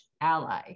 ally